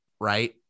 right